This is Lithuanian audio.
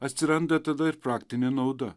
atsiranda tada ir praktinė nauda